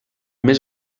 més